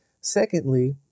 Secondly